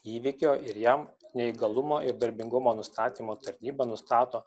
įvykio ir jam neįgalumo ir darbingumo nustatymo tarnyba nustato